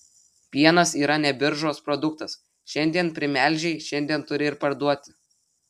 pienas yra ne biržos produktas šiandien primelžei šiandien turi ir parduoti